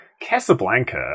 Casablanca